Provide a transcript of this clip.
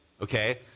okay